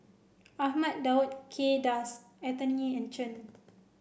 Ahmad Daud Kay Das Anthony and Chen